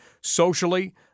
socially